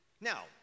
Now